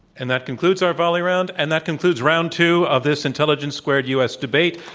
and that concludes our volley round, and that concludes round two of this intelligence squared u. s. debate,